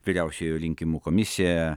vyriausioji rinkimų komisija